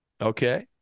Okay